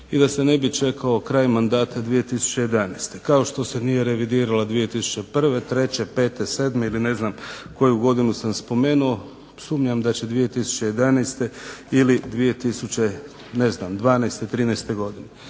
i da se ne bi čekao kraj mandata 2001. Kao što se nije revidirala 2001., '03., '05., '07.ili ne znam koju godinu sam spomenuo, sumnjam da će 2011. ili 2012., '13. godine.